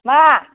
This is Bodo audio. मा